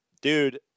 dude